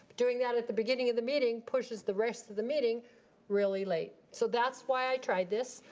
doing that at the beginning of the meeting, pushes the rest of the meeting really late, so that's why i tried this.